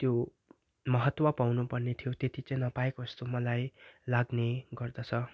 त्यो महत्त्व पाउनु पर्ने थियो त्यति चाहिँ नपाएको जस्तो चाहिँ मलाई लाग्ने गर्दछ